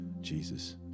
Jesus